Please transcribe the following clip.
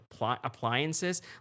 appliances